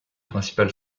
principal